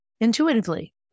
intuitively